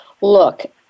look